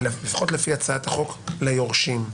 לפחות לפי הצעת החוק ליורשים.